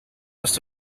must